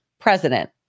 president